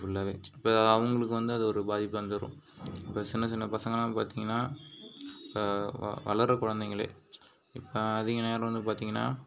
ஃபுல்லாகவே இப்போ அவங்களுக்கு வந்து அது ஒரு பாதிப்பு வந்துடும் இப்போ சின்ன சின்ன பசங்கள்லாம் பார்த்திங்கனா இப்போ வளர்கிற குழந்தைகளே இப்போ அதிக நேரம் வந்து பார்த்திங்கனா